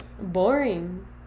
Boring